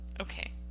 Okay